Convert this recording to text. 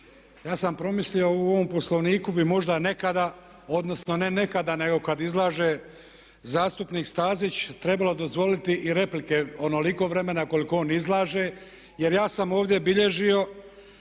Ja sam promislio u ovom Poslovniku bi možda nekada, odnosno ne nekada, nego kad izlaže zastupnik Stazić trebalo dozvoliti i replike onoliko vremena koliko on izlaže, jer ja sam ovdje bilježio